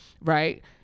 Right